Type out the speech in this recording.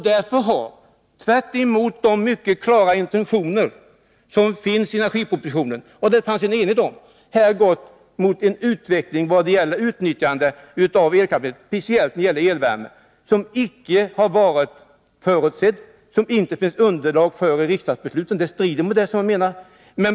Därför har man, tvärtemot de mycket klara intentionerna i energipropositionen som det rådde enighet om, gått mot en utveckling vad beträffar utnyttjande av elkapacitet, speciellt när det gäller elvärme, som icke har varit förutsedd och som det inte fanns underlag för i riksdagsbeslutet.